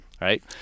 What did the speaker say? right